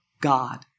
God